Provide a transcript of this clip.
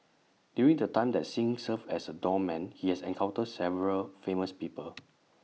during the time that Singh served as A doorman he has encountered several famous people